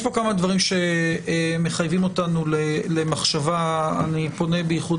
יש פה כמה דברים שמחייבים אותנו למחשבה ואני פונה בייחוד